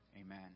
amen